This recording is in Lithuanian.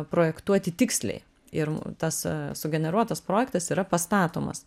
projektuoti tiksliai ir tas sugeneruotas projektas yra pastatomas